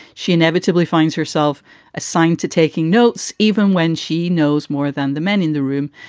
she inevitably finds herself assigned to taking notes, even when she knows more than the men in the room.